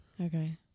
Okay